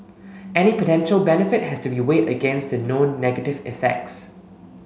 any potential benefit has to be weighed against the known negative effects